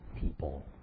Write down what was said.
people